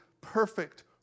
perfect